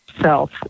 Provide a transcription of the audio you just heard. self